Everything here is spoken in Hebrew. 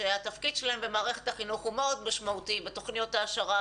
שהתפקיד שלהם במערכת החינוך הוא מאוד משמעותי בתוכניות העשרה,